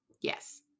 Yes